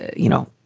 you know,